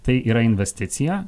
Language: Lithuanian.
tai yra investicija